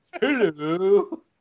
Hello